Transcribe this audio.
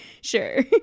sure